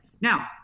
Now –